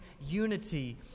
unity